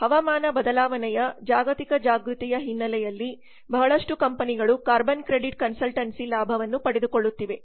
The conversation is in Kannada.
ಹವಾಮಾನ ಬದಲಾವಣೆಯ ಜಾಗತಿಕ ಜಾಗೃತಿಯ ಹಿನ್ನೆಲೆಯಲ್ಲಿ ಬಹಳಷ್ಟು ಕಂಪನಿಗಳು ಕಾರ್ಬನ್ ಕ್ರೆಡಿಟ್ ಕನ್ಸಲ್ಟೆನ್ಸಿಯ ಲಾಭವನ್ನು ಪಡೆದುಕೊಳ್ಳುತ್ತಿವೆ